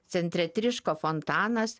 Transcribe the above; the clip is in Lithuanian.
centre tryško fontanas